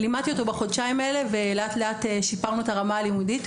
לימדתי אותו בחודשיים האלה ולאט לאט שיפרנו את הרמה הלימודית.